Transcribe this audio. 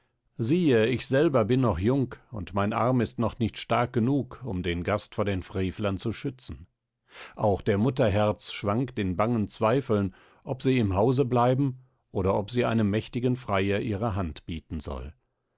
siehe ich selber bin noch jung und mein arm ist noch nicht stark genug um den gast vor den frevlern zu schützen auch der mutter herz schwankt in bangen zweifeln ob sie im hause bleiben oder ob sie einem mächtigen freier ihre hand bieten soll